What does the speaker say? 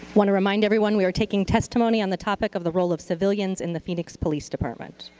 want to remind everyone we are taking testimony on the topic of the role of civilians in the phoenix police department.